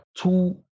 two